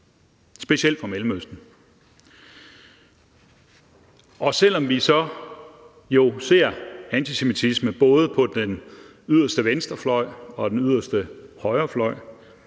specielt fra Mellemøsten. Selv om vi jo så ser antisemitisme både på den yderste venstrefløj og den yderste højrefløj,